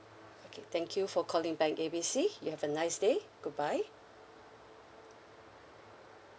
okay thank you for calling bank A B C you have a nice day goodbye